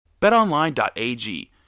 BetOnline.ag